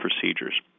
procedures